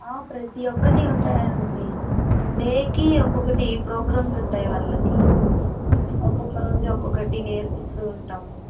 ప్రతి ఒక్కటి ఉంటాయండి డేకి ఒక్కొక్కటి ప్రోగ్రామ్స్ ఉంటాయి వాళ్ళకి ఒకొక్క రోజు ఒక్కొక్కటి నేర్పిస్తూ ఉంటాము